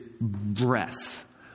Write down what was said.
breath